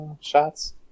shots